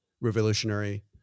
revolutionary